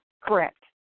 Correct